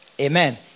amen